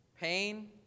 pain